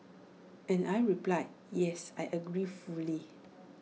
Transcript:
and I reply yes I agree fully